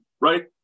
right